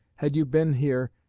had you been here,